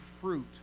fruit